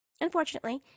unfortunately